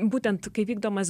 būtent kai vykdomas